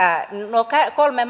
nuo kolme